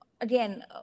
again